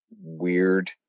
weird